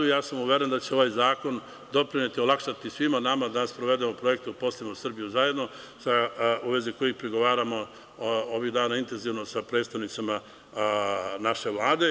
Ja sam uveren da će ovaj zakon doprineti, olakšati svima nama da sprovedemo projekat – uposlimo Srbiju zajedno, u vezi kojeg pregovaramo ovih dana intenzivno sa predstavnicima naše Vlade.